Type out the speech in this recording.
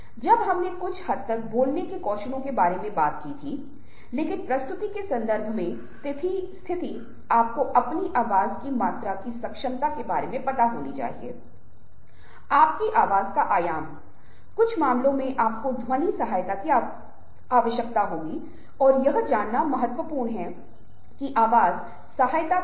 लेकिन यह हमें दृश्य के बारे में और भी बहुत कुछ बताने का प्रबंधन करता है कि दृश्य भ्रामक हो सकते हैं दृश्य भ्रम पैदा कर सकते हैं दृश्य हमें नेतृत्व कर सकते हैं और जिस तरह के अभिविन्यास के आधार पर दृश्य हमें अलग अलग कहानियां बता सकते हैं आप अभिविन्यास के अर्थ को बदलते हैं